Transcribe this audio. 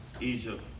Egypt